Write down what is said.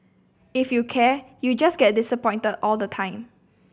if you care you just get disappointed all the time